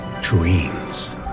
dreams